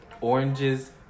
oranges